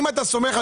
אם אתה צריך,